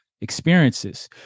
experiences